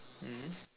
mmhmm